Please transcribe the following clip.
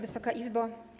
Wysoka Izbo!